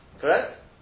Correct